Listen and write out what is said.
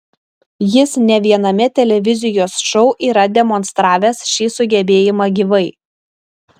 jis ne viename televizijos šou yra demonstravęs šį sugebėjimą gyvai